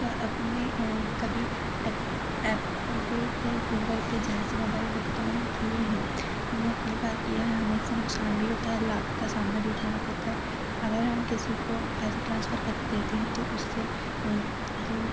क्या अपनी कभी एप्पल पे पर गूगल पे जैसे मोबाईल भुगतान किये हैं हमने कई बार किया है हमें इससे नुक़सान भी होता है लाभ का सामना भी उठाना पड़ता है अगर हम किसी को पैसे ट्रांसफर कर देते हैं तो उससे